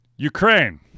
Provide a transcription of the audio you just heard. Ukraine